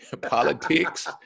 politics